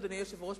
אדוני היושב-ראש,